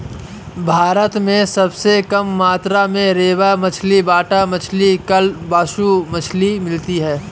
भारत में सबसे कम मात्रा में रेबा मछली, बाटा मछली, कालबासु मछली मिलती है